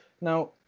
Now